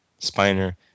Spiner